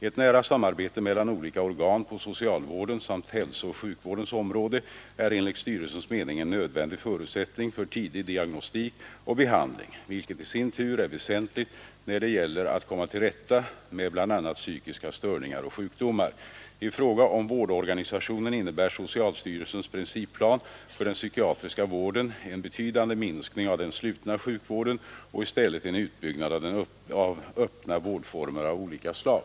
Ett nära samarbete mellan olika organ på socialvårdens samt hälsooch sjukvårdens områden är enligt styrelsens mening en nödvändig förutsättning för tidig diagnostik och behandling, vilket i sin tur är väsentligt när det gäller att komma till rätta med bl.a. psykiska störningar och sjukdomar. I fråga om vårdorganisationen innebär socialstyrelsens principplan för den psykiatriska vården en betydande minskning av den slutna sjukhusvården och i stället en utbyggnad av öppna vårdformer av olika slag.